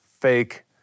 fake